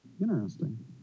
Interesting